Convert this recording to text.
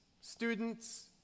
students